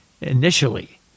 initially